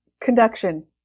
Conduction